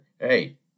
hey